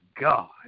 God